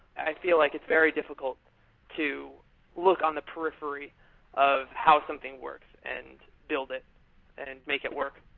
i feel like it's very difficult to look on the periphery of how something works and build it and make it work.